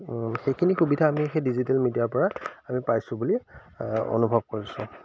সেইখিনি সুবিধা আমি সেই ডিজিটেল মিডিয়াৰপৰা আমি পাইছোঁ বুলি অনুভৱ কৰিছোঁ